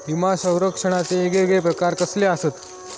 विमा सौरक्षणाचे येगयेगळे प्रकार कसले आसत?